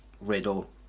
Riddle